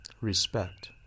respect